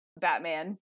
Batman